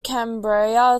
cambria